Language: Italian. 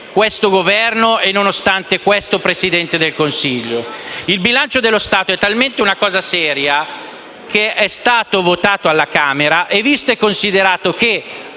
questo Governo e questo Presidente del Consiglio. Il bilancio dello Stato è talmente una cosa seria che è stato votato alla Camera, e considerato che